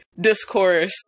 discourse